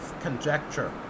conjecture